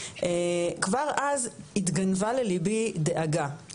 כבר אז התגנבה לליבי דאגה.